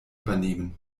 übernehmen